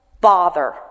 bother